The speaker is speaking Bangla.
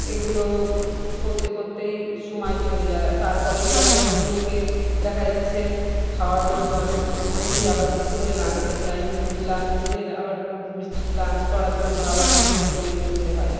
এগুলো করতে করতেই সময় চলে যায় তার পরেই আবার সেগুলোকে দেখা যাচ্ছে খাওয়ানো ধোয়ানো করতে করতেই আবার দুপুরে লাঞ্চের টাইম লাঞ্চের আবার লাঞ্চ করার জন্য আবার সেগুলো তৈরি করতে হয়